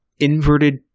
inverted